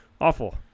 awful